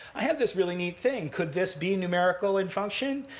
i have this really neat thing. could this be numerical in function?